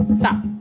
Stop